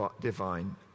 divine